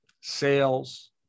sales